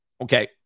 Okay